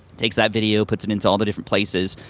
takes that video, puts it into all the different places,